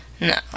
No